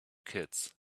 kids